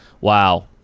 Wow